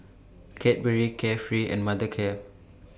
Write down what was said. Cadbury Carefree and Mothercare